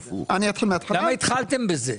למה התחלתם בזה?